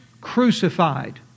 crucified